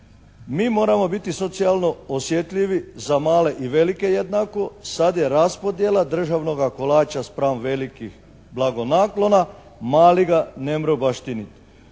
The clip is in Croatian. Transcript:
mi moramo biti socijalno osjetljivi za malo i velike jednako. Sad je raspodjela državnoga kolača spram velikih blagonaklona. Mali ga nemru baštiniti.